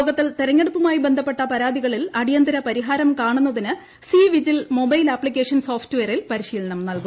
യോഗത്തിൽ തെരഞ്ഞെടുപ്പുമായി ബന്ധപ്പെട്ട പരാതികളിൽ അടിയന്തിര പരിഹാരം കാണുന്നതിന് സി വിജിൽ മൊബൈൽ ആപ്തിക്കേഷൻ സോഫ്റ്റ് വെയറിൽ പരിശീലനം നൽകും